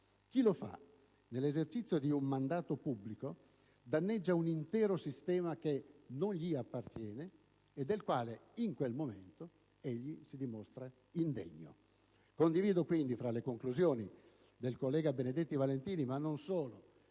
chi lo fa nell'esercizio di un mandato pubblico danneggia un intero sistema che non gli appartiene e del quale, in quel momento, egli si dimostra indegno. Condivido quindi, fra le conclusioni del collega Benedetti Valentini, ma non solo,